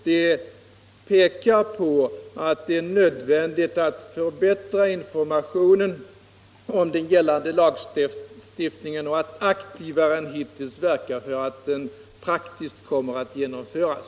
Det pekar på att det är nödvändigt att förbättra informationen om den gällande lagstiftningen och att aktivare än hittills verka för att den praktiskt kommer att genomföras.